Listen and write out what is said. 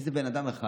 איזה בן אדם אחד,